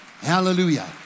Hallelujah